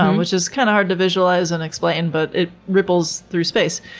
um which is kind of hard to visualize and explain, but it ripples through space.